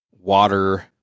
water